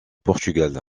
portugal